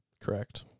Correct